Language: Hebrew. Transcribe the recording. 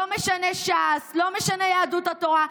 לא משנה ש"ס ולא משנה יהדות התורה.